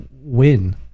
win